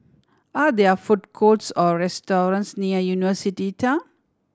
are there food courts or restaurants near University Town